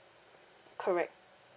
correct